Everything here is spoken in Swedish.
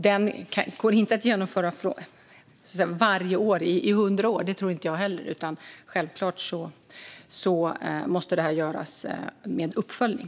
Den går inte att genomföra varje år i hundra år, det tror inte jag heller, utan självklart måste detta göras med uppföljning.